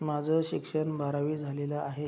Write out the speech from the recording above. माझं शिक्षण बारावी झालेलं आहे